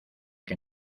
que